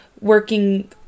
working